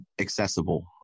accessible